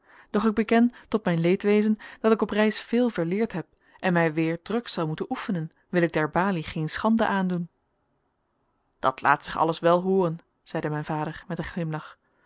doch ik beken tot mijn leedwezen dat ik op reis veel verleerd heb en mij weêr druk zal moeten oefenen wil ik der balie geen schande aandoen dat laat zich alles wel hooren zeide mijn vader met een glimlach